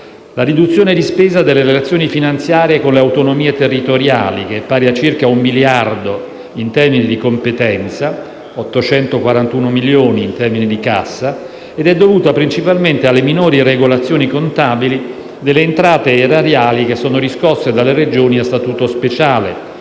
La riduzione di spesa delle «Relazioni finanziarie con le autonomie territoriali» pari a circa un miliardo in termini di competenza (841 milioni in termini di cassa), è dovuta principalmente alle minori regolazioni contabili delle entrate erariali riscosse dalle Regioni a Statuto speciale,